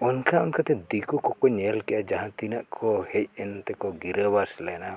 ᱚᱱᱠᱟᱼᱚᱱᱠᱟᱛᱮ ᱫᱤᱠᱩ ᱠᱚᱠᱚ ᱧᱮᱞ ᱠᱮᱫᱼᱟ ᱡᱟᱦᱟᱸ ᱛᱤᱱᱟᱹᱜ ᱠᱚ ᱦᱮᱡ ᱮᱱᱛᱮᱠᱚ ᱜᱤᱨᱟᱹᱵᱟᱥ ᱞᱮᱱᱟ